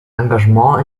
engagement